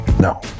No